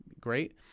Great